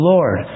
Lord